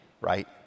Right